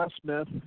Smith